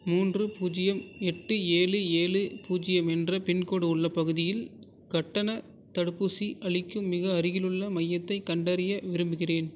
மூன்று பூஜ்யம் எட்டு ஏழு ஏழு பூஜ்யம் என்ற பின்கோடு உள்ள பகுதியில் கட்டணத் தடுப்பூசி அளிக்கும் மிக அருகிலுள்ள மையத்தைக் கண்டறிய விரும்புகிறேன்